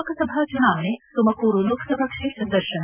ಲೋಕಸಭಾ ಚುನಾವಣೆ ತುಮಕೂರು ಲೋಕಸಭಾ ಕ್ಷೇತ್ರ ದರ್ಶನ